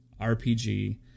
RPG